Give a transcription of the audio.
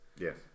Yes